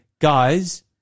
guys